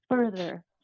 further